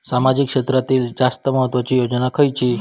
सामाजिक क्षेत्रांतील जास्त महत्त्वाची योजना खयची?